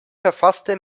verfasste